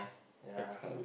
ya